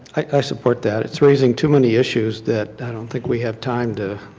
i support that. it is raising too many issues that i don't think we have time to